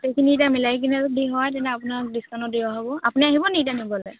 সেইখিনি এতিয়া মিলাই কিনে যদি হয় তেনে আপোনাক ডিছকাউণ্টটো দিয়া হ'ব আপুনি আহিব নেকি এতিয়া নিবলৈ